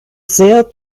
sehr